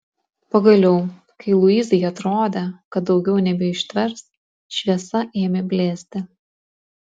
pagaliau kai luizai atrodė kad daugiau nebeištvers šviesa ėmė blėsti